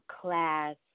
class